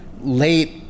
Late